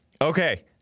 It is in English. Okay